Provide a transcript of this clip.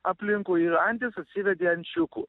aplinkui ir antis atsivedė ančiukų